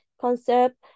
concept